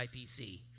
IPC